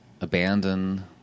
Abandon